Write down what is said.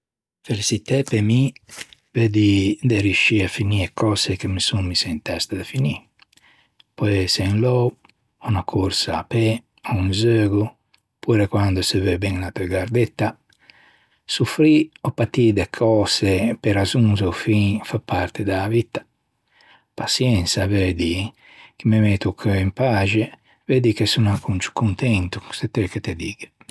Feliçitæ pe mi, veu dî de reiscî de finî e cöse che me son misso inta testa de finî. Peu ëse un lou, ò unna corsa à pê, ò un zeugo, opure quande se veu ben à unna teu gardetta. Soffrî ò patî de cöse pe razzonze o fin fa parte da vitta. Paçiensa, veu dî che me metto o cheu in paxe, veu dî che son ancon ciù contento, cöse ti veu che te digghe.